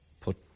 put